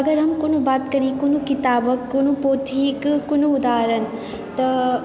अगर हम कोनो बात करी कोनो किताबक कोनो पोथीक कोनो उदाहरण तऽ